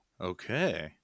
Okay